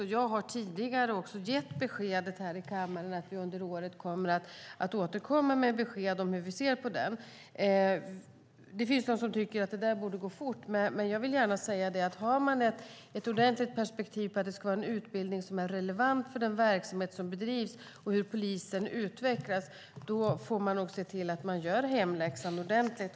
Jag har också tidigare gett beskedet här i kammaren att vi under året kommer att återkomma med besked om hur vi ser på den. Det finns de som tycker att det borde gå fort. Men har man ett ordentligt perspektiv att det ska vara en utbildning som är relevant för den verksamhet som bedrivs och hur polisen utvecklas får man nog se till att man gör hemläxan ordentligt.